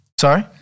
Sorry